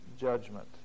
judgment